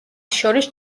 შორის